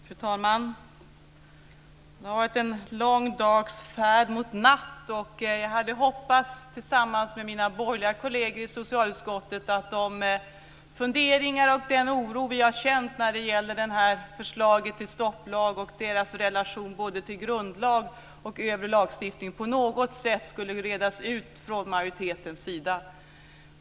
Fru talman! Det har varit en lång dags färd mot natt. Jag hade tillsammans med mina borgerliga kolleger i socialutskottet hoppats att de funderingar och den oro vi har känt inför förslaget till stopplag och dess relation till grundlag och övrig lagstiftning skulle redas ut från majoritetens sida.